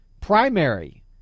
primary